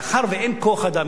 מאחר שאין כוח אדם,